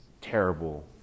terrible